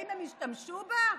האם הם השתמשו בה?